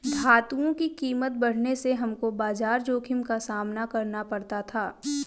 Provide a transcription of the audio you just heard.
धातुओं की कीमत बढ़ने से हमको बाजार जोखिम का सामना करना पड़ा था